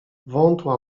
wątła